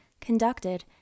conducted